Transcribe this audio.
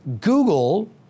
Google